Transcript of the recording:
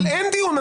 אין דיון.